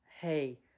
hey